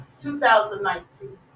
2019